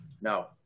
no